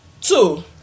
Two